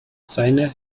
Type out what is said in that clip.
seine